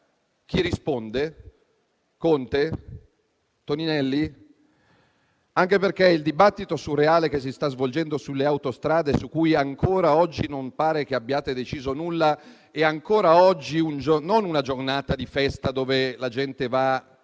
Chi risponde? Conte? Toninelli? Anche perché il dibattito surreale che si sta svolgendo sulle autostrade - su cui ancora oggi non pare che abbiate deciso nulla - vede, ancora oggi, non in una giornata di festa in cui la gente va